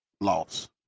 loss